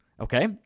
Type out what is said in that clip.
Okay